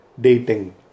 dating